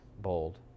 bold